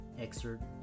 excerpt